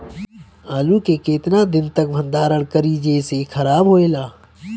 आलू के केतना दिन तक भंडारण करी जेसे खराब होएला?